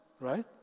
right